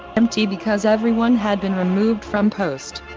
empty because everyone had been removed from post.